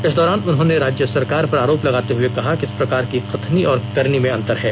इस दौरान उन्होंने राज्य सरकार पर आरोप लगाते हुए कहा कि इस सरकार की कथनी और करनी में अंतर है